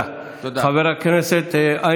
הבנו את זה ברישה של דבריך.